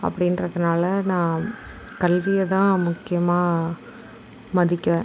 அப்படின்றதுனால நான் கல்வியை தான் முக்கியமாக மதிக்கிறேன்